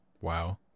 Wow